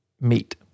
meet